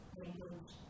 language